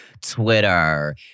Twitter